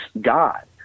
God